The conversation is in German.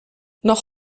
noch